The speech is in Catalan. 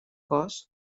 cost